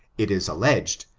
it is alleged,